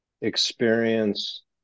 experience